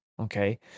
Okay